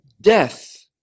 Death